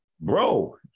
bro